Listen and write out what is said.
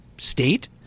state